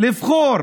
לבחור